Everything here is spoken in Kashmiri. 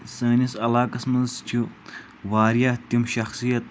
سٲنِس علاقَس منٛز چھِ واریاہ تِم شخصیت